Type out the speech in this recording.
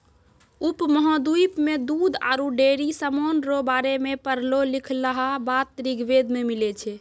उपमहाद्वीप मे दूध आरु डेयरी समान रो बारे मे पढ़लो लिखलहा बात ऋग्वेद मे मिलै छै